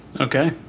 Okay